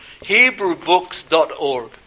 HebrewBooks.org